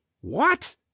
What